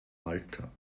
malta